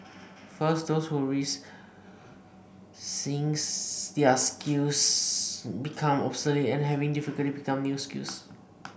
first those who risk seeing their skills become obsolete and have difficulty picking up new skills